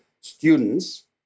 students